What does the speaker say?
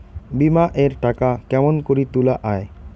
বিমা এর টাকা কেমন করি তুলা য়ায়?